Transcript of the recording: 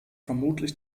vermutlich